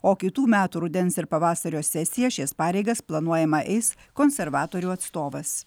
o kitų metų rudens ir pavasario sesiją šias pareigas planuojama eis konservatorių atstovas